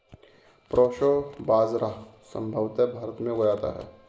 proso बाजरा संभवत भारत में उगाया जाता है